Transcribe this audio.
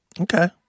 Okay